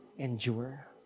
endure